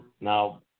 Now